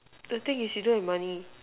the thing is you don't have money